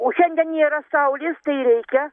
o šiandien nėra saulės tai reikia